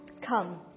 come